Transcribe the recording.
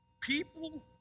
People